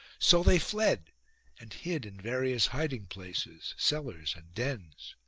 so they fled and hid in various hiding-places, cellars, and dens.